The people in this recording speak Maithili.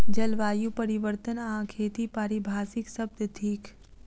जलवायु परिवर्तन आ खेती पारिभाषिक शब्द थिक